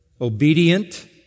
obedient